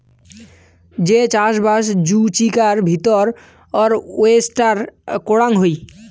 যে চাষবাস জুচিকার ভিতর ওয়েস্টার করাং হই